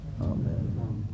Amen